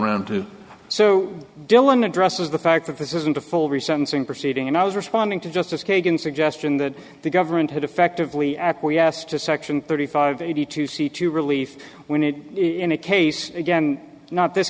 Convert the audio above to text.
two so dylan addresses the fact that this isn't a full resurfacing proceeding and i was responding to justice kagan suggestion that the government had effectively acquiesced to section thirty five eighty two c two relief when it in a case again not this